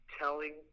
telling